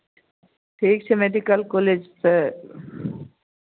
ठीक छै मेडिकल कॉलेजसँ